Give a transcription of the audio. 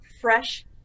fresh